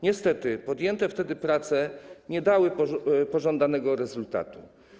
Niestety podjęte wtedy prace nie dały pożądanego rezultatu.